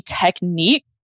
technique